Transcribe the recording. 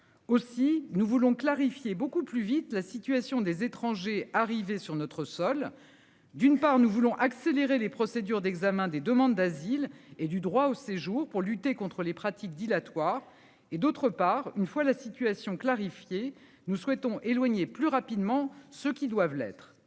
aussi nous voulons clarifier beaucoup plus vite la situation des étrangers arrivés sur notre sol. D'une part nous voulons accélérer les procédures d'examen des demandes d'asile et du droit au séjour pour lutter contre les pratiques dilatoires et d'autre part une fois la situation clarifiée. Nous souhaitons éloignée plus rapidement ceux qui doivent l'être.